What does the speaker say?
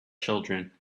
children